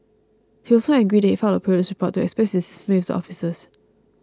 he was so angry that he filed a police report to express his dismay with the officers